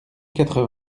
quatre